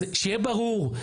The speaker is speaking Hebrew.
אז שיהיה ברור,